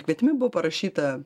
kvietime buvo parašyta